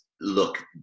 look